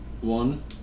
one